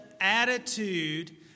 attitude